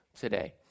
today